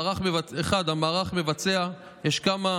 יש כמה